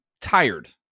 tired